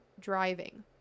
driving